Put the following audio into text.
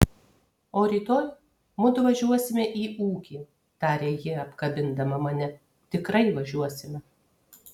o rytoj mudu važiuosime į ūkį tarė ji apkabindama mane tikrai važiuosime